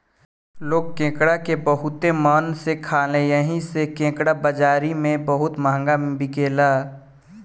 लोग केकड़ा के बहुते मन से खाले एही से केकड़ा बाजारी में बहुते महंगा बिकाला